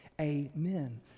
Amen